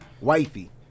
wifey